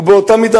הוא באותה מידה.